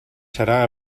serà